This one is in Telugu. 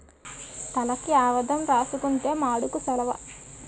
తలకి ఆవదం రాసుకుంతే మాడుకు సలవ